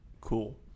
Cool